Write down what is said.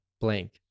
blank